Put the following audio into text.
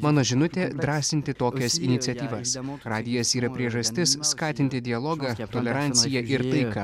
mano žinutė drąsinti tokias iniciatyvas radijas yra priežastis skatinti dialogą toleranciją ir taiką